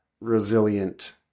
resilient